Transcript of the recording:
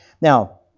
Now